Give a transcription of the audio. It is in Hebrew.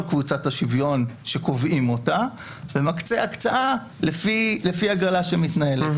קבוצת השוויון שקובעים אותה ומקצה הקצאה לפי הגרלה שמתנהלת.